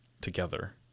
together